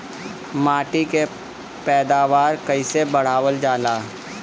माटी के पैदावार कईसे बढ़ावल जाला?